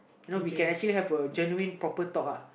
you know we can actually have a genuine proper talk uh